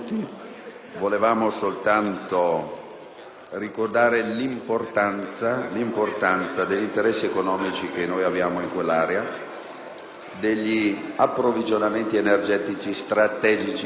ricordare l'importanza degli interessi economici che l'Italia ha in quell'area e degli approvvigionamenti energetici strategici per tutto il sistema europeo,